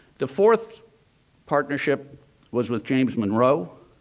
the fourth partnership was with james monroe.